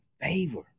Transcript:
favor